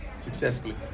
Successfully